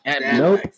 Nope